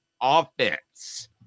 offense